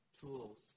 tools